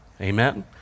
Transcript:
Amen